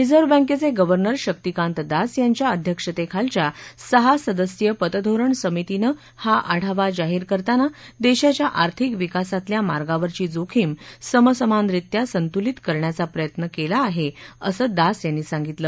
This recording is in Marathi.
रिझर्व्ह बैंकेचे गव्हर्नर शक्तीकांत दास यांच्या अध्यक्षतेखालच्या सहा सदस्यीय पतधोरण समितीनं हा आढावा जाहीर करताना देशाच्या आर्थिक विकासातल्या मार्गावरची जोखीम समसमानरीत्या संतुलित करण्याच प्रयत्न केला आहे असं दास यांनी सांगितलं